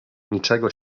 niczego